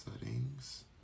Settings